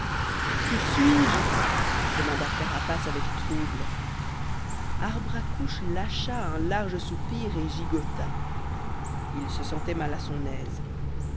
où suis-je demanda carapace avec trouble arbre à couche lâcha un large soupir et gigotta il se sentait mal à son aise